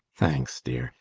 thanks, dear.